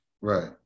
right